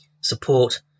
support